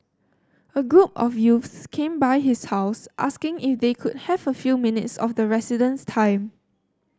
a group of youths came by his house asking if they could have a few minutes of the resident's time